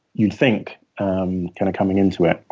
you'd think um kind of coming into it.